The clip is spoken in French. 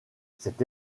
cette